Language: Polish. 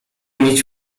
mieć